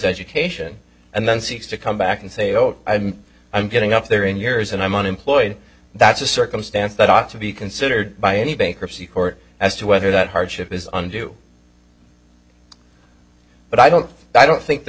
education and then seeks to come back and say oh i'm getting up there in years and i'm unemployed that's a circumstance that ought to be considered by any bankruptcy court as to whether that hardship is on do but i don't i don't think the